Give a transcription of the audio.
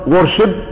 Worship